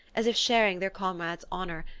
as if sharing their comrade's honour,